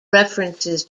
references